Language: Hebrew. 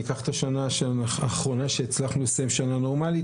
אם ניקח את השנה האחרונה שהצלחנו לסיים שנה נורמלית,